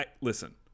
listen